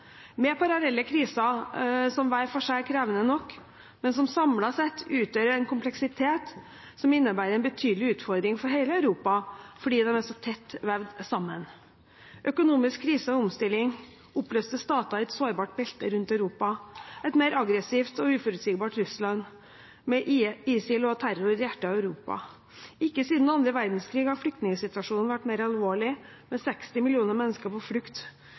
parallelle kriser som hver for seg er krevende nok, men som samlet sett utgjør en kompleksitet som innebærer en betydelig utfordring for hele Europa, fordi vi er så tett vevd sammen – økonomisk krise og omstilling, oppløste stater i et sårbart belte rundt Europa, et mer aggressivt og uforutsigbart Russland, ISIL og terror i hjertet av Europa. Ikke siden annen verdenskrig har flyktningsituasjonen vært mer alvorlig, med 60 millioner mennesker på flukt.